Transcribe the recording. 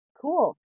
cool